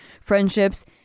friendships